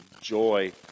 joy